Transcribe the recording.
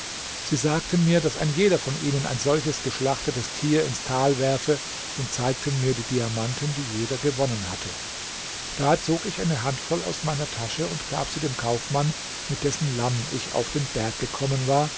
sie sagten mir daß ein jeder von ihnen ein solches geschlachtetes tier ins tal werfe und zeigten mir die diamanten die jeder gewonnen hatte da zog ich eine handvoll aus meiner tasche und gab sie dem kaufmann mit dessen lamm ich auf den berg gekommen war